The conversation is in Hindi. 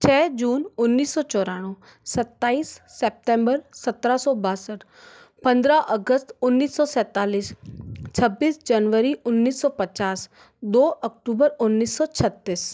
छः जून उन्नीस सौ चौरानबे सताईस सेपटेमबर सत्रह सो बासठ पंद्रह अगस्त उन्नीस सौ सैंतालीस छब्बीस जनवरी उन्नीस सौ पचास दो अक्टूबर उन्नीस सौ छत्तीस